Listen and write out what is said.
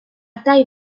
tall